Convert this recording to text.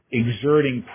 exerting